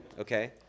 okay